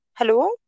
Hello